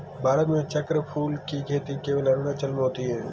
भारत में चक्रफूल की खेती केवल अरुणाचल में होती है